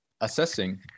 assessing